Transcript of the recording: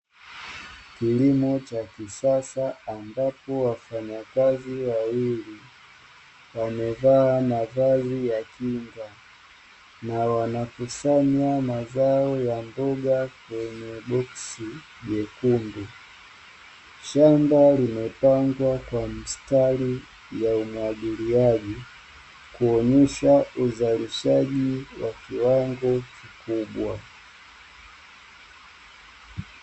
Kilimo cha kisasa ambapo wafanyakazi wawili wamevaa mavazi ya kinga na wanakusanya mazao ya mboga kweye boksi jekundu, shamba limepandwa kwa mistari ya umwagiliaji kuonyesha uzalishaji wa kiwango kikubwa.